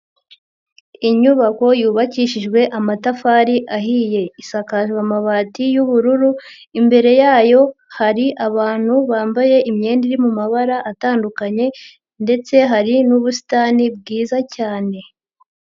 Inyubako yubakishijwe amatafari ahiye, isakaje amabati y'ubururu, imbere yayo hari abantu bambaye imyenda iri mu mumabara atandukanye ndetse hari n'ubusitani bwiza cyane.